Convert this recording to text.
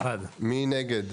הצבעה בעד, 1 נגד,